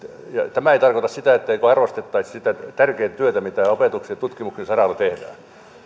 tämä ei tarkoita sitä etteikö arvostettaisi sitä tärkeää työtä mitä opetuksen ja tutkimuksen saralla tehdään